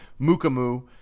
Mukamu